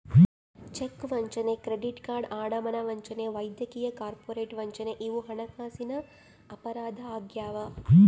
check ವಂಚನೆ credit card ಅಡಮಾನ ವಂಚನೆ ವೈದ್ಯಕೀಯ ಕಾರ್ಪೊರೇಟ್ ವಂಚನೆ ಇವು ಹಣಕಾಸಿನ ಅಪರಾಧ ಆಗ್ಯಾವ